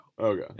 Okay